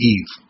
Eve